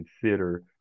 consider